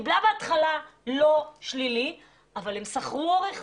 בהתחלה קיבלה לא שלילי אבל הם שכרו עורך